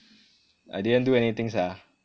I didn't do anything sia